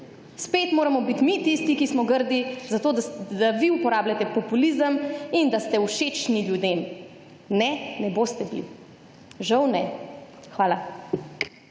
Spet moramo biti mi tisti, ki smo grdi, zato da vi uporabljate populizem in da ste všečni ljudem. Ne, ne boste. Žal ne. Hvala.